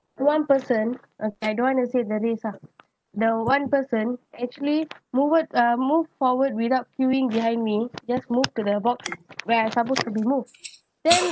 one person uh I don't want to say the race lah the one person actually move up um move forward without queuing behind me just move to the box where I supposed to be moved then